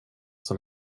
som